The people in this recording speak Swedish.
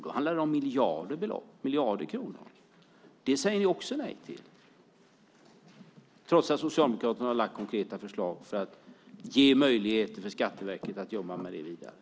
Då handlar det om miljarder kronor. Det säger ni också nej till, trots att Socialdemokraterna har lagt fram konkreta förslag för att ge Skatteverket möjligheter att jobba vidare med det.